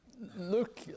look